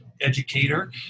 educator